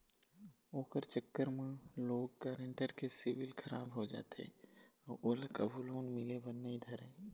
ओखर चक्कर म लोन गारेंटर के सिविल खराब हो जाथे अउ ओला कभू लोन मिले बर नइ धरय